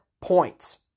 points